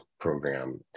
program